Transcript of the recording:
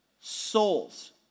souls